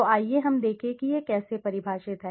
तो आइए हम देखें कि यह कैसे परिभाषित है